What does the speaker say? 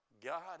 god